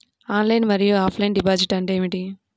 Online మరియు offline deposit అంటే ఏమిటి?